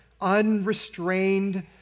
unrestrained